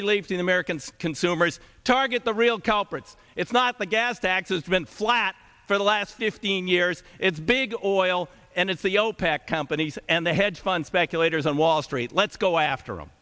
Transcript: relief to an american consumers target the real culprits it's not the gas tax has been flat for the last fifteen years it's big oil and it's the opec companies and the hedge fund speculators on wall street let's go after him